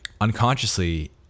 Unconsciously